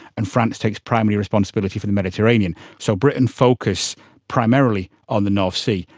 and france takes primary responsibility for the mediterranean. so britain focused primarily on the north sea.